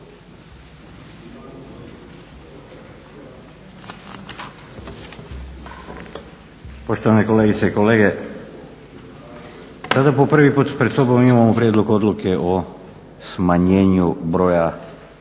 Poštovane kolegice i kolege, sada po prvi put pred sobom imamo Prijedlog odluke o smanjenju broja